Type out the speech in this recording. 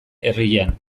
herrian